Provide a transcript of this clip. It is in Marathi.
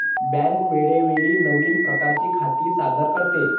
बँक वेळोवेळी नवीन प्रकारची खाती सादर करते